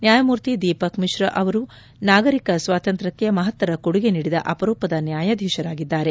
ನ್ವಾಯಮೂರ್ತಿ ದೀಪಕ್ ಮಿಶ್ರಾ ಅವರು ನಾಗರಿಕ ಸ್ವಾತಂತ್ರ್ಯಕ್ಷೆ ಮಹತ್ತರ ಕೊಡುಗೆ ನೀಡಿದ ಅಪರೂಪದ ನ್ಯಾಯಾಧೀಶರಾಗಿದ್ದಾರೆ